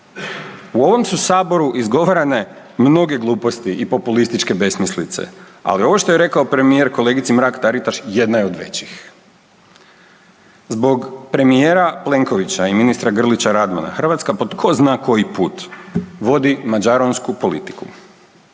U ovom su Saboru izgovorene mnoge gluposti i populističke besmislice, ali ovo što je rekao premijer kolegici Mrak Taritaš jedna je od većih. Zbog premijera Plenkovića i ministra Grlića Radmana Hrvatska po zna koji put vodi mađaronsku politiku.